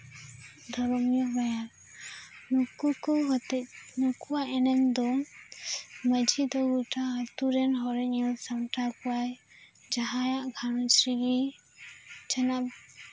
ᱫᱷᱚᱨᱚᱢᱤᱭᱟᱹ ᱵᱟᱭᱟᱨ ᱱᱩᱠᱩ ᱠᱚ ᱦᱚᱛᱮᱡ ᱱᱩᱠᱩᱣᱟᱜ ᱮᱱᱮᱢ ᱫᱚ ᱢᱟᱹᱡᱷᱤ ᱫᱚ ᱜᱚᱴᱟ ᱟᱛᱳ ᱨᱮᱱ ᱦᱚᱲᱮᱭ ᱧᱮᱞ ᱥᱟᱢᱴᱟᱣ ᱠᱚᱣᱟᱭ ᱡᱟᱦᱟᱸᱭᱟᱜ ᱜᱷᱟᱨᱚᱸᱡᱽ ᱨᱮᱜᱮ ᱡᱟᱦᱟᱸᱭᱟᱜ